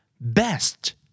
best